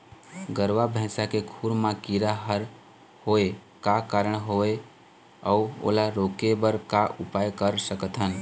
गरवा भैंसा के खुर मा कीरा हर होय का कारण हवए अऊ ओला रोके बर का उपाय कर सकथन?